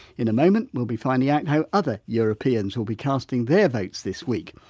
in a moment we'll be finding out and how other europeans will be casting their votes this week.